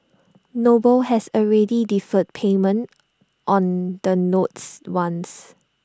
noble has already deferred payment on the notes once